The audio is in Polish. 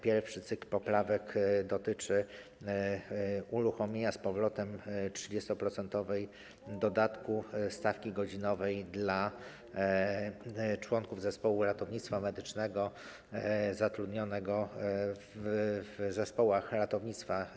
Pierwszy cykl poprawek dotyczy uruchomienia z powrotem 30-procentowego dodatku do stawki godzinowej dla członków zespołu ratownictwa medycznego zatrudnionego w zespołach ratownictwa.